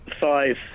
Five